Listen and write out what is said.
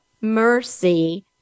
mercy